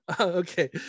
okay